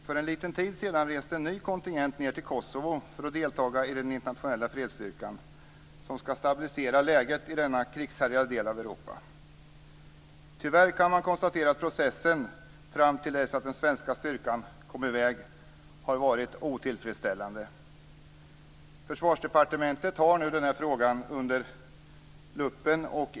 För en liten tid sedan reste en ny kontingent ned till Kosovo för att delta i den internationella fredsstyrka som ska stabilisera läget i denna krigshärjade del av Europa. Tyvärr kan man konstatera att processen fram till dess att den svenska styrkan kom i väg har varit otillfredsställande. Försvarsdepartementet har nu den här frågan under luppen.